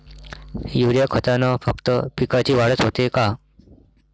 Urea खतानं फक्त पिकाची वाढच होते का?